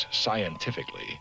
Scientifically